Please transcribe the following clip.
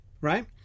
right